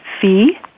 fee